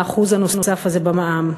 ה-1% הנוסף הזה במע"מ,